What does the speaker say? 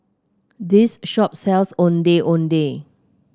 this shop sells Ondeh Ondeh